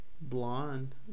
blonde